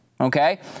Okay